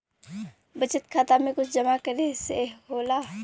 बचत खाता मे कुछ जमा करे से होला?